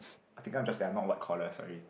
or taking up jobs that are not white collar sorry